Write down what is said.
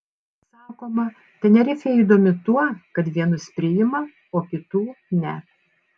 sakoma tenerifė įdomi tuo kad vienus priima o kitų ne